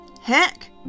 Heck